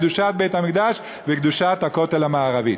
קדושת בית-המקדש וקדושת הכותל המערבי.